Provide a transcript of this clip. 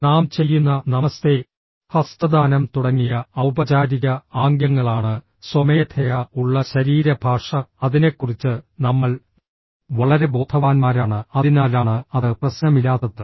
നാം ചെയ്യുന്ന നമസ്തേ ഹസ്തദാനം തുടങ്ങിയ ഔപചാരിക ആംഗ്യങ്ങളാണ് സ്വമേധയാ ഉള്ള ശരീരഭാഷ അതിനെക്കുറിച്ച് നമ്മൾ വളരെ ബോധവാന്മാരാണ് അതിനാലാണ് അത് പ്രശ്നമില്ലാത്തത്